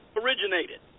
originated